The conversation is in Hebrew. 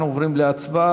אנחנו עוברים להצבעה.